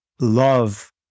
love